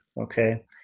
okay